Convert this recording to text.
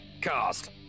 Cast